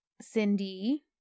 Cindy